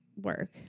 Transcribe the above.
work